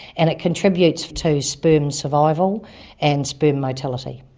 and it contributes to sperm survival and sperm motility.